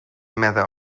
matter